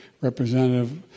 Representative